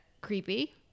creepy